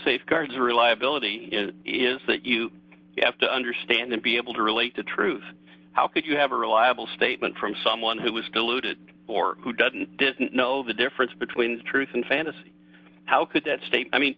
safeguards reliability is that you have to understand and be able to relate the truth how could you have a reliable statement from someone who is deluded or who doesn't know the difference between truth and fantasy how could that state i mean